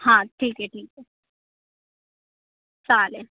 हां ठीक आहे ठीक आहे चालेल